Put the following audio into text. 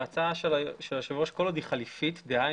ההצעה של היושב ראש, כל עוד היא חליפית, דהיינו,